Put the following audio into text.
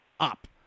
Up